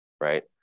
right